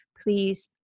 please